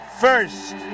first